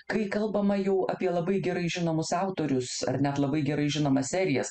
kai kalbama jau apie labai gerai žinomus autorius ar net labai gerai žinomas serijas